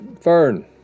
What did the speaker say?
Fern